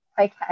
Okay